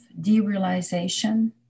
derealization